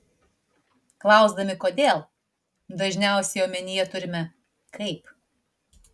klausdami kodėl dažniausiai omenyje turime kaip